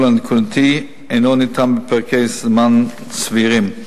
הנקודתי אינו ניתן בפרקי זמן סבירים.